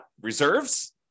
Reserves